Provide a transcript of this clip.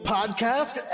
Podcast